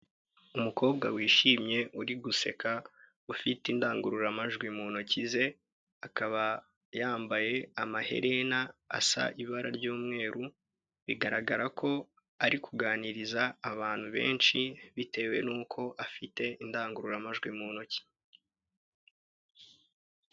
Umukobwa wishimye uri guseka ufite indangururamajwi mu ntoki ze, akaba yambaye amaherena asa ibara ry'umweru bigaragara ko ari kuganiriza abantu benshi bitewe n'uko afite indangururamajwi mu ntoki.